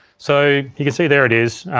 so, you can see there it is.